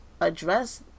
address